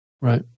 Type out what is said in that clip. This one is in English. Right